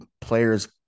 players